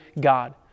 God